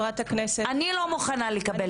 חברת הכנסת --- אני לא מוכנה לקבל שאלות.